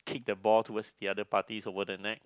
the balls towards the other parties over the net